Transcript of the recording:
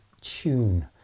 tune